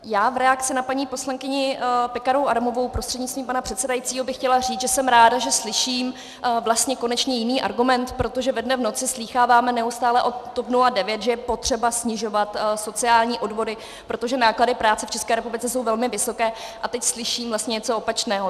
Já v reakci na paní poslankyni Pekarovou Adamovou prostřednictvím pana předsedajícího bych chtěla říct, že jsem ráda, že slyším vlastně konečně jiný argument, protože ve dne v noci slýcháváme neustále od TOP 09, že je potřeba snižovat sociální odvody, protože náklady práce v České republice jsou velmi vysoké, a teď slyším vlastně něco opačného.